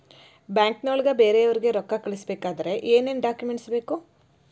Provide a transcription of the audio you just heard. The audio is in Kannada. ಬ್ಯಾಂಕ್ನೊಳಗ ಬೇರೆಯವರಿಗೆ ರೊಕ್ಕ ಕಳಿಸಬೇಕಾದರೆ ಏನೇನ್ ಡಾಕುಮೆಂಟ್ಸ್ ಬೇಕು?